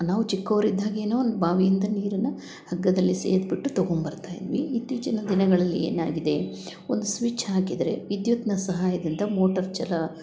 ನಾವು ಚಿಕ್ಕವರಿದ್ದಾಗೇನೋ ಬಾವಿಯಿಂದ ನೀರನ್ನು ಹಗ್ಗದಲ್ಲಿ ಸೇದಿಬಿಟ್ಟು ತೊಗೊಂಡ್ಬರ್ತಾ ಇದ್ವಿ ಇತ್ತೀಚಿನ ದಿನಗಳಲ್ಲಿ ಏನಾಗಿದೆ ಒಂದು ಸ್ವಿಚ್ ಹಾಕಿದರೆ ವಿದ್ಯುತ್ನ ಸಹಾಯದಿಂದ ಮೋಟರ್ ಚಲಾ